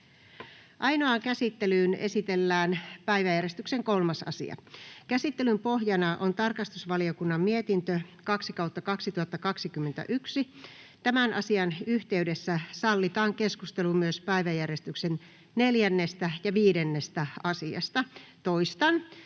Ainoaan käsittelyyn esitellään päiväjärjestyksen 3. asia. Käsittelyn pohjana on tarkastusvaliokunnan mietintö TrVM 2/2021 vp. Tämän asian yhteydessä sallitaan keskustelu myös päiväjärjestyksen 4. ja 5. asiasta. Toistan: